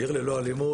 עיר ללא אלימות,